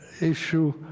issue